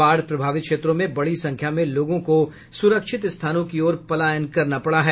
बाढ़ प्रभावित क्षेत्रों से बड़ी संख्या में लोगों को सुरक्षित स्थानों की ओर पलायन करना पड़ा है